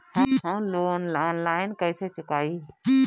हम loan online कइसे चुकाई?